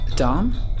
Dom